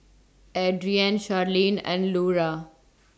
Adrienne Sharleen and Lura